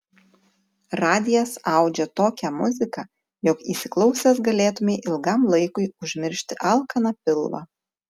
radijas audžia tokią muziką jog įsiklausęs galėtumei ilgam laikui užmiršti alkaną pilvą